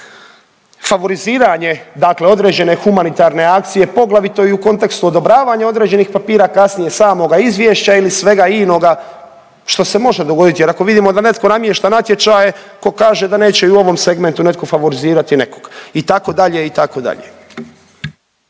Favoriziranje dakle određene humanitarne akcije poglavito i u kontekstu odobravanja određenih papira, a kasnije samoga izvješća ili svega inoga što se može dogoditi jer ako vidimo da netko namješta natječaje tko kaže da neće i u ovom segmentu netko favorizirati nekog itd., itd.